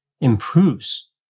improves